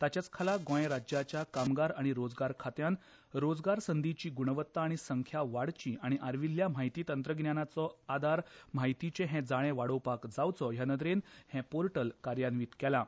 ताच्याच खाला गोंय राज्याच्या कामगार आनी रोजगार खात्यांन रोजगार संदींची ग्रणवत्ता आनी संख्या वाडची आनी आर्विल्ल्या म्हायती तंत्रगिन्यानाचो आधार माहितीचें हें जाळें वाडोवपाक जावचो हे नदरेन हें पोर्टल कार्यान्वीत केलां